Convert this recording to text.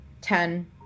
Ten